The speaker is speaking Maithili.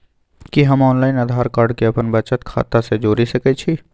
कि हम ऑनलाइन आधार कार्ड के अपन बचत खाता से जोरि सकै छी?